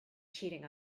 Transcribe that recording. cheating